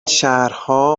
شهرها